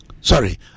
Sorry